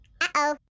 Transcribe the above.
uh-oh